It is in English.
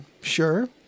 Sure